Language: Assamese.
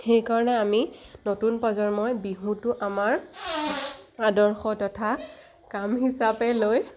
সেইকাৰণে আমি নতুন প্ৰজন্মই বিহুটো আমাৰ আদৰ্শ তথা কাম হিচাপে লৈ